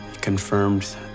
confirmed